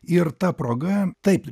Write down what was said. ir ta proga taip